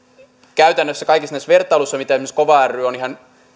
käytännössä kaikissa näissä vertailuissa mitä esimerkiksi kova ry on ihan